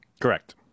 Correct